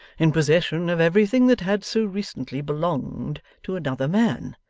in possession of everything that had so recently belonged to another man,